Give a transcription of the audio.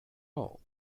all